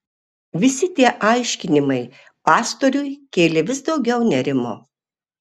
visi tie aiškinimai pastoriui kėlė vis daugiau nerimo